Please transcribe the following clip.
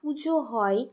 পুজো হয়